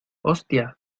hostia